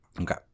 Okay